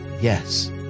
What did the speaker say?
Yes